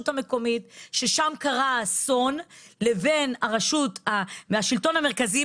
המקומית שם קרה האסון והשלטון המרכזי,